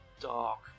dark